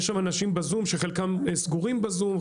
ויש אנשים בזום שחלקם סגורים בזום,